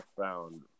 found